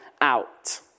out